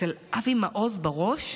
אצל אבי מעוז, בראש,